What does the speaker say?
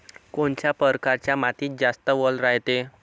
कोनच्या परकारच्या मातीत जास्त वल रायते?